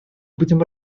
будем